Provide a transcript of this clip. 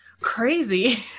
crazy